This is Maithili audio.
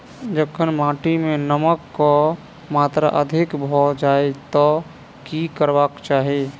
जखन माटि मे नमक कऽ मात्रा अधिक भऽ जाय तऽ की करबाक चाहि?